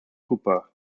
cooper